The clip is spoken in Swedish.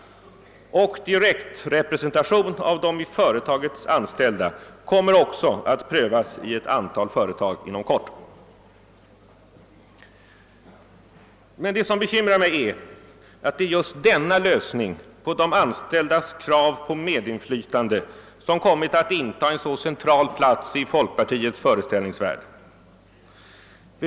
Direktrepresentation av de i företaget anställda kommer också inom kort att prövas i ett antal företag. Det som emellertid bekymrar mig är att det är just denna »lösning» av frågan om de anställdas krav på medinflytande som kommit att inta en så central plats i folkpartiets föreställningsvärld.